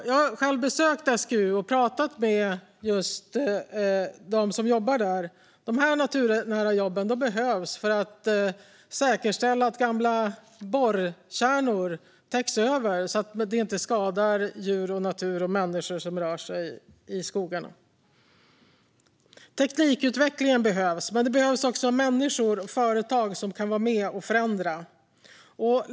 Jag har själv besökt SGU och pratat med dem som jobbar där. De naturnära jobben behövs för att säkerställa att gamla borrkärnor täcks över så att de inte skadar djur och natur eller människor som rör sig i skogarna. Teknikutvecklingen behövs, men det behövs också människor och företag som kan vara med och förändra.